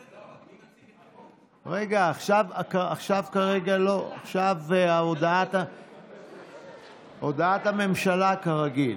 רגע, עכשיו כרגע לא, עכשיו הודעת הממשלה כרגיל.